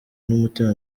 n’umutima